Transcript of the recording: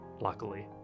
luckily